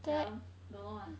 !aiya! don't don't know lah